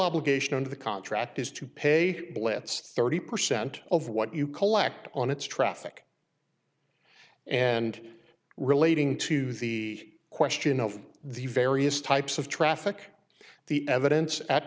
obligation under the contract is to pay blitz thirty percent of what you collect on its traffic and relating to the question of the various types of traffic the evidence at